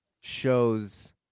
shows